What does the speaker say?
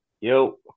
Yo